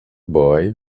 boy